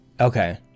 okay